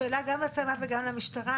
שאלה גם לצבא וגם למשטרה,